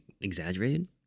exaggerated